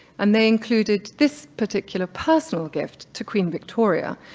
and they included this particular personal gift to queen victoria,